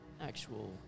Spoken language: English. actual